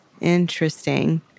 Interesting